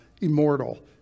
immortal